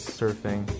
surfing